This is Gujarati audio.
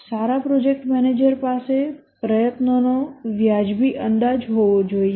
સારા પ્રોજેક્ટ મેનેજર પાસે પ્રયત્નોનો વ્યાજબી અંદાજ હોવો જોઈએ